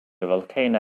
volcano